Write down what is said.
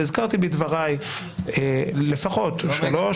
הזכרתי בדבריי לפחות שלוש,